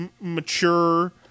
mature